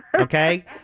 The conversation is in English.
Okay